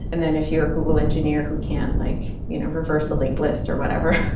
and then if you're a google engineer who can't like you know reverse a link list or whatever,